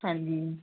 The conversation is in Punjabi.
ਹਾਂਜੀ